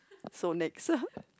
so next